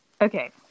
Okay